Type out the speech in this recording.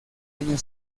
año